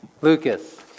Lucas